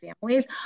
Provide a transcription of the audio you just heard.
families